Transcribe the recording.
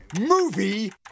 movie